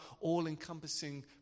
all-encompassing